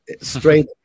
straight